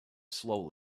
slowly